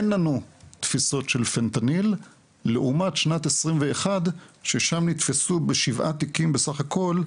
אין לנו תפיסות של פנטניל לעומת שנת 21 ששם נתפסו בשבעה תיקים בסך הכול,